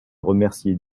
remercier